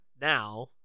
Now